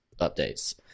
updates